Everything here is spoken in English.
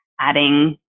adding